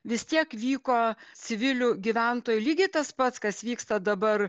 vis tiek vyko civilių gyventojų lygiai tas pats kas vyksta dabar